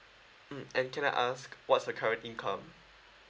mm and can I ask what's the current income